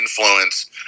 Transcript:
influence